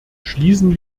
schließen